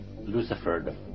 Lucifer